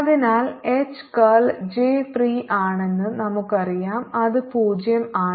അതിനാൽ H curl J free ആണെന്ന് നമുക്കറിയാം അത് 0 ആണ്